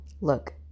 Look